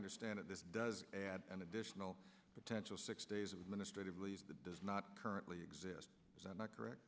understand it this does add an additional potential six days of ministry believe the does not currently exist not correct